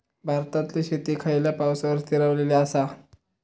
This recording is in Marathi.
भारतातले शेती खयच्या पावसावर स्थिरावलेली आसा?